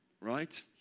right